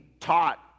taught